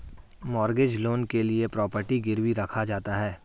mortgage loan के लिए property गिरवी रखा जाता है